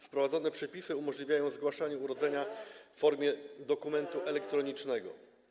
Wprowadzone przepisy przewidują zgłaszanie urodzenia w formie dokumentu elektronicznego.